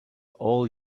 all